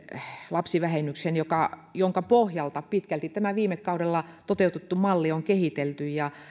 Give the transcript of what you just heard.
lapsivähennyksen jonka pohjalta pitkälti tämä viime kaudella toteutettu malli on kehitelty